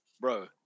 bro